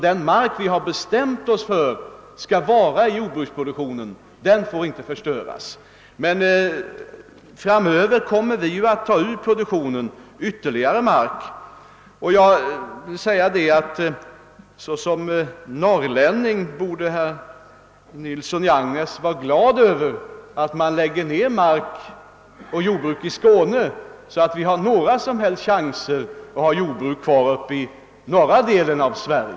Den mark vi har bestämt oss för att ha kvar i jordbruksproduktionen får alltså inte förstöras. Men vi kommer framöver att ta ytterligare mark ur produktionen. Som norrlänning borde herr Nilsson i Agnäs väl vara glad över att vi lägger ned jordbruksmark i Skåne, så att ni får en chans att ha kvar jordbruket uppe i norra delen av Sverige.